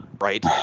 Right